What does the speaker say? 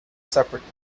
separate